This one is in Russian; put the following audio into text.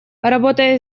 работая